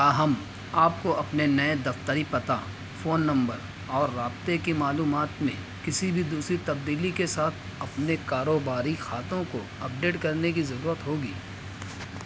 تاہم آپ کو اپنے نئے دفتری پتہ فون نمبر اور رابطے کی معلومات میں کسی بھی دوسری تبدیلی کے ساتھ اپنے کاروباری کھاتوں کو اپ ڈیٹ کرنے کی ضرورت ہوگی